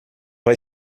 vai